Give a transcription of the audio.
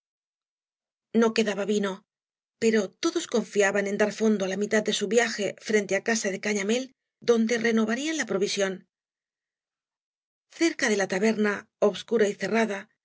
no quedaba vino pero todos confiaban en dar fondo á la mitad de su viaje frente á casa de gañamél donde renovarían la provisión cerca de la taberna obscura y